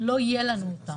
לא יהיה לנו אותם.